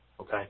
Okay